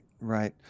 right